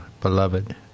Beloved